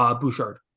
Bouchard